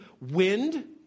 wind